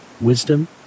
wisdom